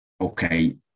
okay